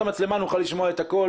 כנראה כאן בגלל העובדה שהחומר עבר מאתנו